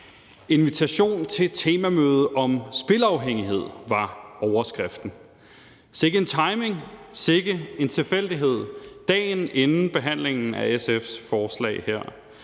Invitation til temamøde om spilafhængighed. Sikke en timing, sikke en tilfældighed dagen inden behandlingen af SF’s forslag